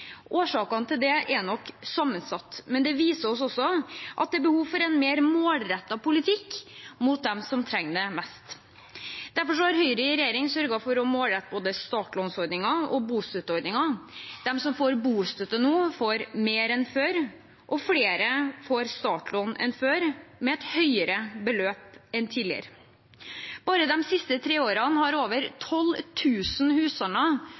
Årsakene til det er nok sammensatte, men det viser oss også at det er behov for en mer målrettet politikk mot dem som trenger det mest. Derfor har Høyre i regjering sørget for å målrette både startlånsordningen og bostøtteordningen. De som får bostøtte nå, får mer enn før, og flere får startlån enn før, med et høyere beløp enn tidligere. Bare de siste tre årene har over